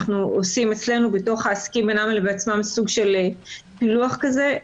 אנחנו עושים אצלנו בתוך העסקים בינם לבין עצמם סוג של פילוח כזה.